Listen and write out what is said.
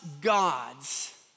gods